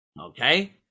Okay